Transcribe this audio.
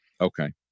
Okay